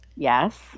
Yes